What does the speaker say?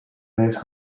days